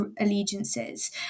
allegiances